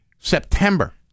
September